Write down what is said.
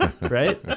right